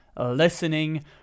listening